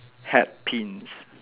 hat pins